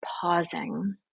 pausing